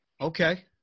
Okay